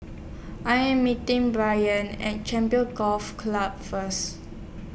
I Am meeting Brayan At Champions Golf Club First